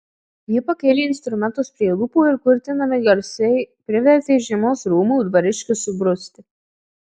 jie pakėlė instrumentus prie lūpų ir kurtinami garsai privertė žiemos rūmų dvariškius subruzti